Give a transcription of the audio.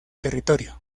territorio